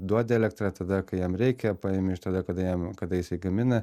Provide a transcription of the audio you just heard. duodi elektrą tada kai jam reikia paimi iš tada kada jam kada jisai gamina